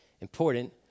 important